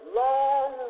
long